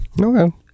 Okay